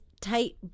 tight